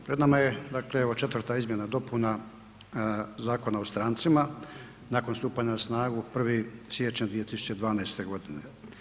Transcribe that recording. Pred nama je evo četvrta izmjena i dopuna Zakona o strancima nakon stupanja na snagu 1. siječnja 2012. godine.